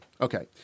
Okay